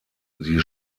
sie